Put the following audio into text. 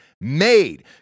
made